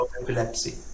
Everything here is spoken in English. epilepsy